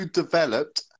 developed